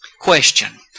Question